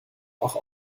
auch